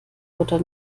oder